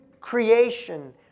creation